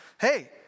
hey